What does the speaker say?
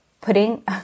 putting